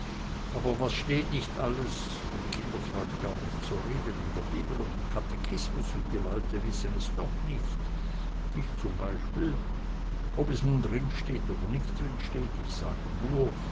aber was steht nicht alles von kinderfreund gar nicht zu reden in bibel und katechismus und die leute wissen es doch nicht ich zum beispiel und ob es nun drinsteht oder nicht drinsteht ich sage nur